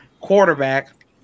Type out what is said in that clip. quarterback